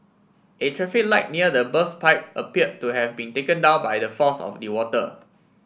a traffic light near the burst pipe appeared to have been taken down by the force of the water